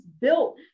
built